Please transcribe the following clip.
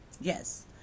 Yes